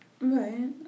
Right